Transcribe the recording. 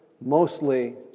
mostly